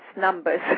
numbers